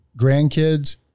Grandkids